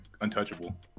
untouchable